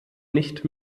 nicht